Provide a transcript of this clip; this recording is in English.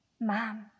Mom